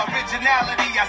Originality